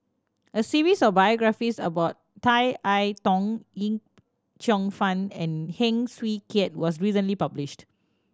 a series of biographies about Tan I Tong Yip Cheong Fun and Heng Swee Keat was recently published